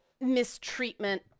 mistreatment